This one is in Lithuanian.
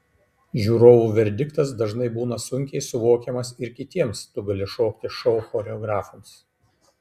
žiūrovų verdiktas dažnai būna sunkiai suvokiamas ir kitiems tu gali šokti šou choreografams